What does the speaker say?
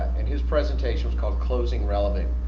and his presentation was called closing relevant,